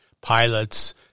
pilots